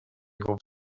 groupe